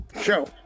Show